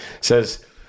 says